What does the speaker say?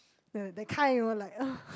the that kind you know like ugh